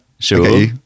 Sure